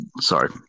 Sorry